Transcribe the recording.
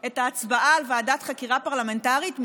את ההצבעה על ועדת חקירה פרלמנטרית,